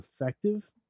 effective